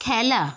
খেলা